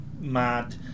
mad